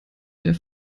der